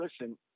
listen